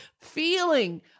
feeling